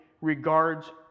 regards